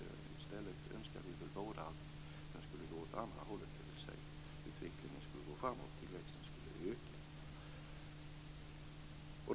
I stället önskar vi väl båda att den skulle gå i den andra riktningen, dvs. utvecklingen skulle gå framåt och tillväxten skulle öka.